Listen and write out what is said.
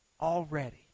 already